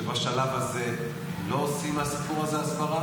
שבשלב הזה לא עושים מהסיפור הזה הסברה?